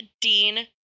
Dean